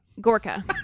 Gorka